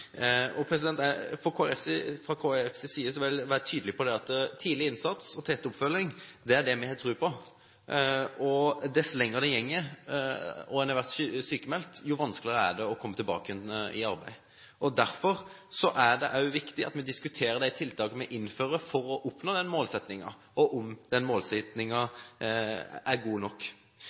Fra Kristelig Folkepartis side vil jeg være veldig tydelig på at tidlig innsats og tett oppfølging er det vi har tro på. Dess lengre tid man går sykmeldt, dess vanskeligere er det komme tilbake igjen i arbeid. Derfor er det også viktig at vi diskuterer de tiltakene vi innfører for å oppnå den målsettingen, og om den målsettingen er god nok.